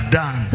done